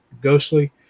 Ghostly